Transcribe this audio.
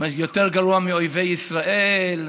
"יותר גרוע מאויבי ישראל".